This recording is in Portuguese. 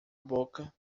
boca